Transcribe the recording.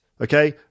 Okay